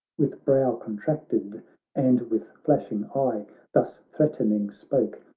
with brow contracted and with flashing eye thus threatening spoke,